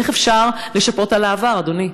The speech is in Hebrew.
איך אפשר לשפות על העבר, אדוני?